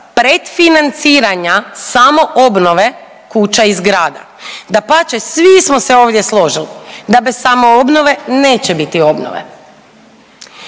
pretfinanciranja samoobnove kuća i zgrada, dapače svi smo se ovdje složili da bez samoobnove neće biti obnove.